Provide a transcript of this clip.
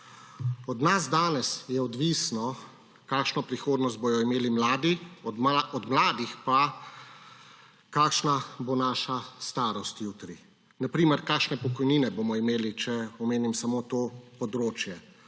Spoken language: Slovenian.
Od nas danes je odvisno, kakšno prihodnost bodo imeli mladi, od mladih pa, kakšna bo naša starost jutri. Na primer kakšne pokojnine bomo imeli, če omenim samo to področje.